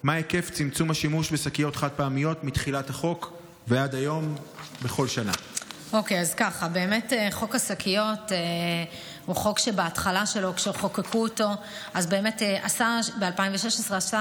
3. מה היקף צמצום השימוש בשקיות